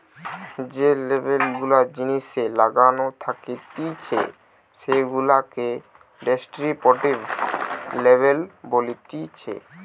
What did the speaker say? যে লেবেল গুলা জিনিসে লাগানো থাকতিছে সেগুলাকে ডেস্ক্রিপটিভ লেবেল বলতিছে